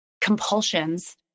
compulsions